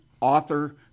author